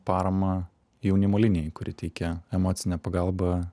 paramą jaunimo linijai kuri teikia emocinę pagalbą